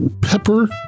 pepper